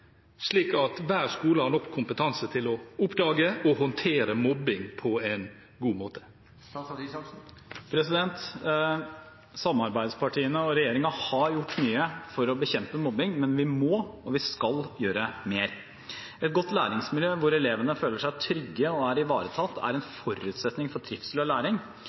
slik at hver skole har nok kompetanse til å oppdage og håndtere mobbing på en god måte?» Samarbeidspartiene og regjeringen har gjort mye for å bekjempe mobbing, men vi må – og vi skal – gjøre mer. Et godt læringsmiljø, der elevene føler seg trygge og er ivaretatt, er en forutsetning for trivsel og læring,